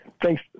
Thanks